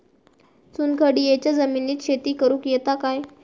चुनखडीयेच्या जमिनीत शेती करुक येता काय?